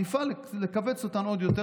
נפעל לכווץ אותם עוד יותר,